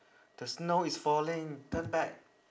the snow is falling turn back